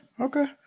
okay